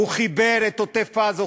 הוא חיבר את עוטף-עזה,